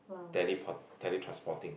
teleport tele~ transporting